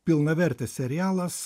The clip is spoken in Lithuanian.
pilnavertis serialas